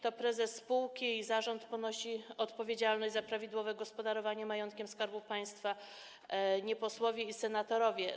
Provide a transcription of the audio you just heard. To prezes i zarząd spółki ponoszą odpowiedzialność za prawidłowe gospodarowanie majątkiem Skarbu Państwa, nie posłowie ani senatorowie.